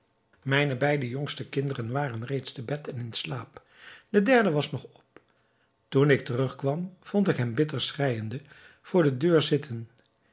mijne beide jongste kinderen waren reeds te bed en in slaap de derde was nog op toen ik terugkwam vond ik hem bitter schreijende voor de deur zitten